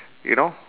you know